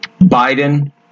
Biden-